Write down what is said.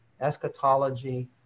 eschatology